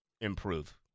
improve